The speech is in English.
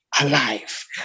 alive